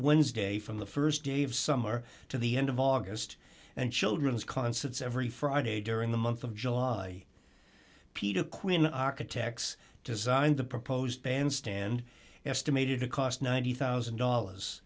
wednesday from the st day of summer to the end of august and children's concerts every friday during the month of july peter quinn architects designed the proposed bandstand estimated to cost ninety thousand dollars